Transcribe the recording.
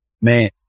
man